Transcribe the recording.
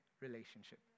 relationship